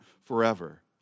forever